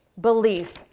belief